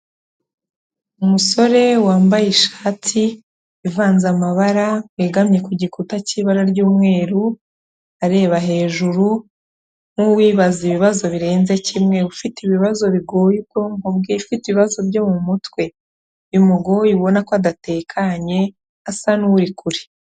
Umusore wambaye ishati ivanze amabara, wegamye ku gikuta cy'ibara ry'umweru, areba hejuru nk'uwibaza ibibazo birenze kimwe, ufite ibibazo bigoye ubwonko bwe, ufite ibibazo byo mu mutwe. Bimugoye ubona ko adatekanye, asa n'uri kure.